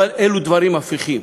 אבל אלו דברים הפיכים.